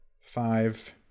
five